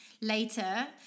later